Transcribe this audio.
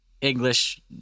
English